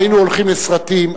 היינו הולכים לסרטים,